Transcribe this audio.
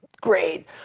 great